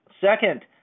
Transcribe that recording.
Second